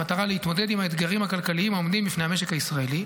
במטרה להתמודד עם האתגרים הכלכליים העומדים בפני המשק הישראלי.